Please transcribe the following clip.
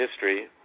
history